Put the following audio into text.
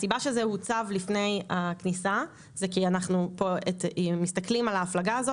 הסיבה שזה הוצב לפני הכניסה זה כי אנחנו פה מסתכלים על ההפלגה הזאת,